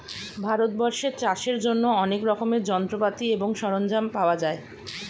ভারতবর্ষে চাষের জন্য অনেক রকমের যন্ত্রপাতি এবং সরঞ্জাম পাওয়া যায়